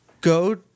Go